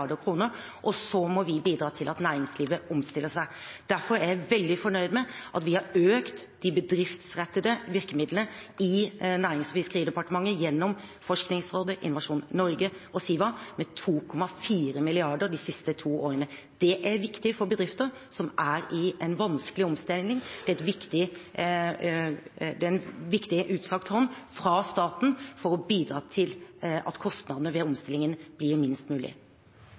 og så må vi bidra til at næringslivet omstiller seg. Derfor er jeg veldig fornøyd med at vi har økt de bedriftsrettede virkemidlene i Nærings- og fiskeridepartementet gjennom Forskningsrådet, Innovasjon Norge og Siva med 2,4 mrd. kr de siste to årene. Det er viktig for bedrifter som er i en vanskelig omstilling, og det er en viktig utstrakt hånd fra staten for å bidra til at kostnadene ved omstillingen blir minst mulig.